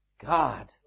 God